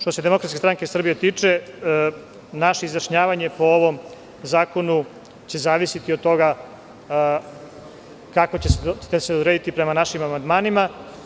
Što se DSS tiče, naše izjašnjavanje po ovom zakonu će zavisiti od toga kako ćete se odrediti prema našim amandmanima.